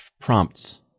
prompts